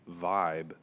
vibe